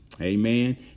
Amen